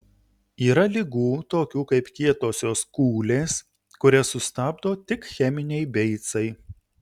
yra ligų tokių kaip kietosios kūlės kurias sustabdo tik cheminiai beicai